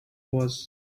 was